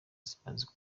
zimaze